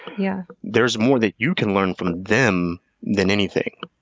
yeah there's more that you can learn from them than anything,